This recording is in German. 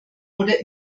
oder